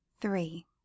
Three